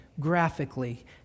graphically